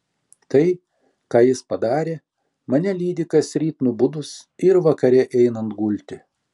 tai ką jis padarė mane lydi kasryt nubudus ir vakare einant gulti